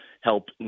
help